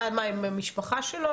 מה הם המשפחה שלו?